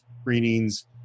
screenings